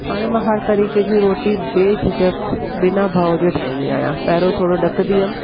हाणे मां हर तरीके़ जी रोटी बे झिझक बिना भाव ज ठाहींदी आहियां पहिरों थोरो ॾकंदी हुयमि